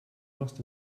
machst